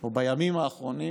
או בימים האחרונים